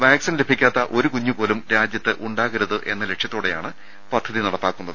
vaccine ലഭിക്കാത്ത ഒരു കുഞ്ഞു പോലും രാജ്യത്തുണ്ടാകരുതെന്ന ലക്ഷ്യ ത്തോടെയാണ് പദ്ധതി നടപ്പാക്കുന്നത്